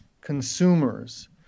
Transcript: consumers